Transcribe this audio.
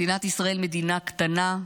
מדינת ישראל מדינה קטנה,